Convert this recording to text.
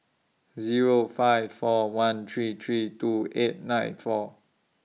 Zero five four one three three two eight nine four